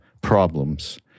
problems